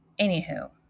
Anywho